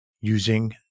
using